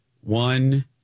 One